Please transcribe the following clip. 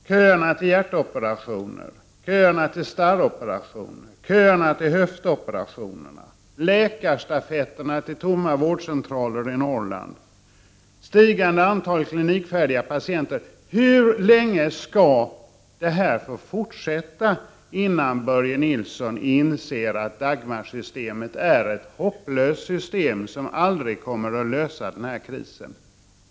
Fru talman! Köerna till hjärtoperationer, köerna till starroperationer, köerna till höftoperationer, läkarstafetterna till tomma vårdcentraler i Norrland, stigande antal klinikfärdiga patienter — hur länge skall det här få fortsätta, innan Börje Nilsson inser att Dagmarsystemet är ett hopplöst system som aldrig kommer att lösa krisen?